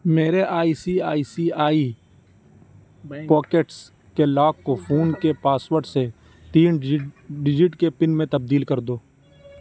میرے I C I C I pockets کے lock کو فون کے پاس ورڈ سے تین ڈجٹ ڈجٹ کے پن میں تبدیل کر دو